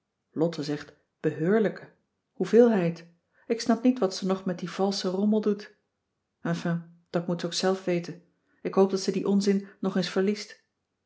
lotte zegt beheurlijke hoeveelheid ik snap niet wat ze nog met dien valschen rommel doet enfin dat moet ze ook zelf weten ik hoop dat ze dien onzin nog eens verliest